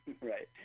Right